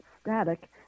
static